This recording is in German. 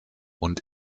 und